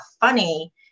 funny